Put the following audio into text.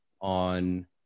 on